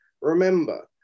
remember